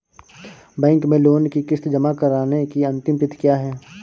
Bank में loan की किश्त जमा कराने की अंतिम तिथि क्या है?